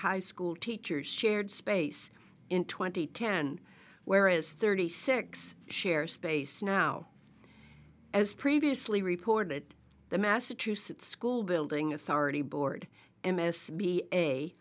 high school teachers shared space in twenty ten whereas thirty six share space now as previously reported the massachusetts school building authority board m s b a